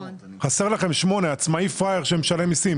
חסר לכם (8), עצמאי פראייר שמשלם מיסים.